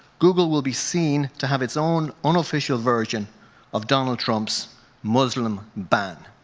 google will be seen to have its own unofficial version of donald trump's muslim ban.